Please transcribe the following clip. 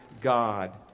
God